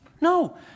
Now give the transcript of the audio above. No